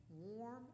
warm